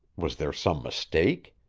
was there some mistake?